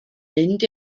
mynd